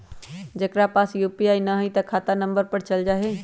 जेकरा पास यू.पी.आई न है त खाता नं पर चल जाह ई?